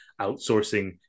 outsourcing